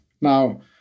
Now